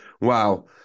Wow